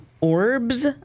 orbs